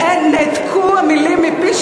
אין, נעתקו המילים מפי.